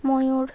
ময়ূর